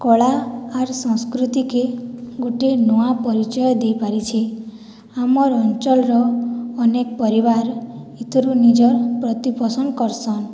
କଳା ଆର୍ ସଂସ୍କୃତି କେ ଗୋଟିଏ ନୂଆ ପରିଚୟ ଦେଇ ପାରିଛି ଆମର୍ ଅଞ୍ଚଳର୍ ଅନେକ ପରିବାର୍ ଭିତରୁ ନିଜର୍ ପ୍ରତି ପସନ୍ଦ କରିସନ୍